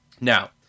now